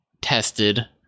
Tested